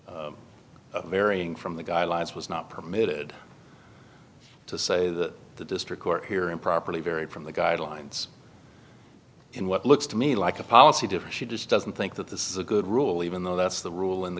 varying from the guidelines was not permitted to say that the district court here improperly vary from the guidelines in what looks to me like a policy difference she just doesn't think that this is a good rule even though that's the rule in the